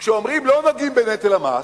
כשאומרים: לא נוגעים בנטל המס,